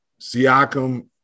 Siakam